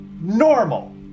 normal